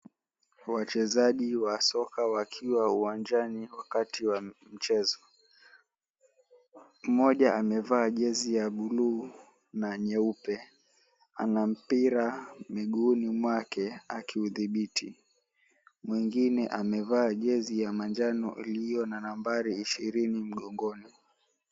Wachezaji wa soka wakiwa uwanjani wakati wa mchezo. Mmoja amevaa jezi ya buluu na nyeupe ana mpira miguuni mwake akiudhibiti, mwengine amevaa jezi ya manjano ilio na nambari ishirini mgongoni.